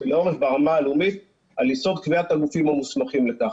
ברמה הלאומית על יסוד קביעת הגופים המוסמכים לכך.